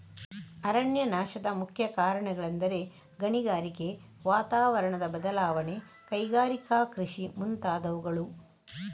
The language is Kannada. ಅರಣ್ಯನಾಶದ ಮುಖ್ಯ ಕಾರಣಗಳೆಂದರೆ ಗಣಿಗಾರಿಕೆ, ವಾತಾವರಣದ ಬದಲಾವಣೆ, ಕೈಗಾರಿಕಾ ಕೃಷಿ ಮುಂತಾದವುಗಳು